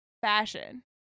fashion